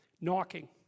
Knocking